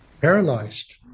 Paralyzed